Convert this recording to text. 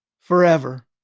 Forever